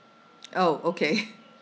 oh okay